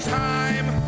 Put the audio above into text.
time